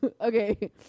okay